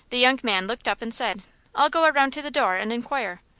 the young man looked up and said i'll go around to the door and inquire.